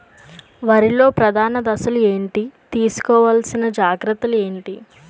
వరిలో ప్రధాన దశలు ఏంటి? తీసుకోవాల్సిన జాగ్రత్తలు ఏంటి?